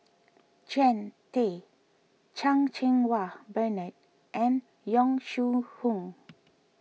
Jean Tay Chan Cheng Wah Bernard and Yong Shu Hoong